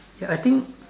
ya I think